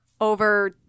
over